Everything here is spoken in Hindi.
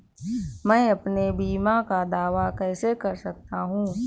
मैं अपने बीमा का दावा कैसे कर सकता हूँ?